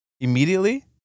immediately